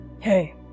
Hey